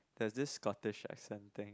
there's this scottish accent thing